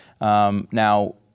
Now